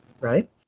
right